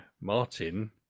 Martin